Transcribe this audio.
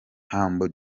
humble